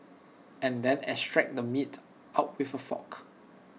and then extract the meat out with A fork